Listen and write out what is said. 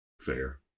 Fair